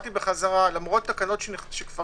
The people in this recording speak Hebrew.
למרות תקנות שכבר